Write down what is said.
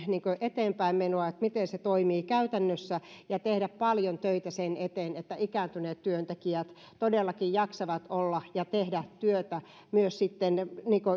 eteenpäinmenoa sitä miten se toimii käytännössä ja tehdä paljon töitä sen eteen että ikääntyneet työntekijät todellakin jaksavat olla töissä ja tehdä työtä sitten